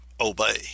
obey